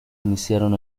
iniciaron